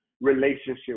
relationship